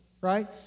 right